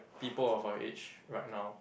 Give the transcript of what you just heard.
people of our age right now